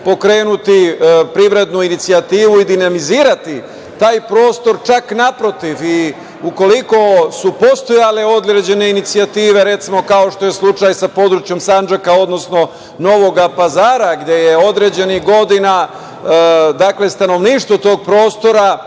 pokrenuti privrednu inicijativu ili dinamizirati taj prostor, čak naprotiv, ukoliko su postojale određene inicijative, kao što je slučaj sa područjem Sandžaka, odnosno Novog Pazara, gde je određenih godina, stanovništvo tog prostora